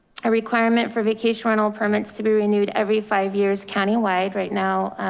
i requirement for vacation rental permits to be renewed every five years countywide right now,